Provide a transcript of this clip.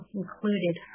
included